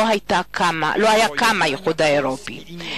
לא היה קם האיחוד האירופי.